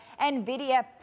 Nvidia